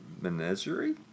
menagerie